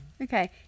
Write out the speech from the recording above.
Okay